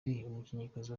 umukinnyikazi